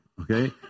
okay